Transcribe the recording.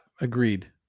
agreed